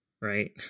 Right